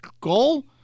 goal